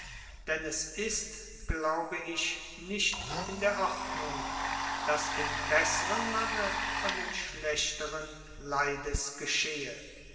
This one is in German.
denn es ist glaube ich nicht in der ordnung daß dem besseren manne von dem schlechteren